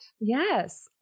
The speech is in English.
yes